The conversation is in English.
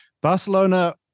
Barcelona